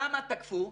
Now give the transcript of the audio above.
למה תקפו?